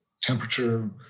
temperature